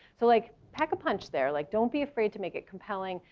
so like pack a punch there, like don't be afraid to make it compelling.